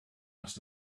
must